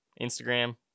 instagram